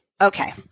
Okay